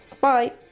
Bye